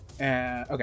Okay